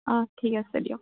অ' ঠিক আছে দিয়ক